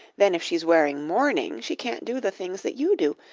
then if she's wearing mourning, she can't do the things that you do,